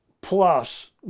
plus